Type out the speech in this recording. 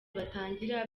batangira